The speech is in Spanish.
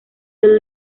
the